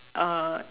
uh